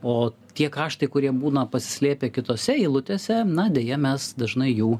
o tie kaštai kurie būna pasislėpę kitose eilutėse na deja mes dažnai jų